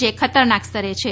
જે ખતરનાક સ્તરે છે